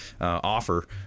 offer